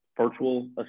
virtual